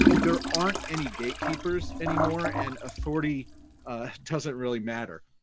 there aren't any gatekeepers anymore and authority doesn't really matter.